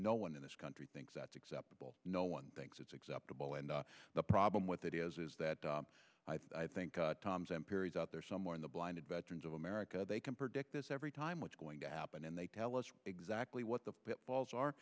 no one in this country thinks that's acceptable no one thinks it's acceptable and the problem with that is is that i think tom's empirics out there somewhere in the blinded veterans of america they can predict this every time what's going to happen and they tell us exactly what the pitfalls are